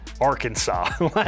Arkansas